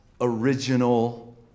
original